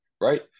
right